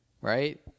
Right